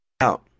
out